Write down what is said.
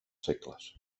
segles